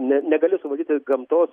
ne negali suvaldyti gamtos